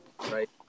right